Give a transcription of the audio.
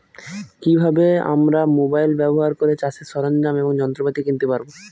কি ভাবে আমরা মোবাইল ব্যাবহার করে চাষের সরঞ্জাম এবং যন্ত্রপাতি কিনতে পারবো?